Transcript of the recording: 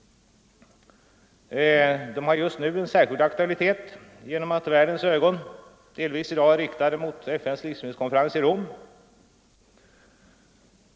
De har just nu särskild aktualitet genom att världens ögon är riktade mot FN:s livsmedelskonferens i Rom.